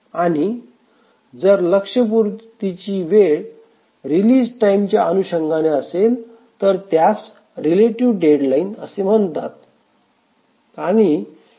आणि जर लक्ष पूर्ती ची वेळ रिलीज टाईम च्या अनुषंगाने असेल तर त्यास रिलेटिव्ह डेडलाईन असे म्हणतात